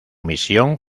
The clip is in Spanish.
misión